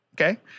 Okay